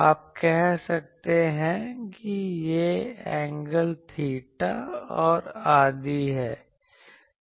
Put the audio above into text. आप कह सकते हैं कि यह एंगल 𝚹' और 𝚹 आदि है